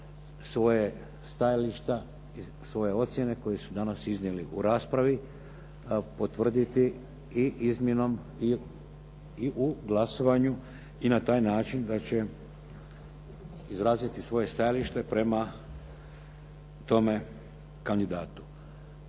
svoja stajališta, svoje ocjene koje su danas iznijeli u raspravi, potvrditi i izmjenom i u glasovanju i na taj način da će izraziti svoje stajalište prema tome kandidatu.